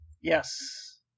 Yes